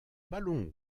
ballon